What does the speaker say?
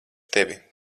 tevi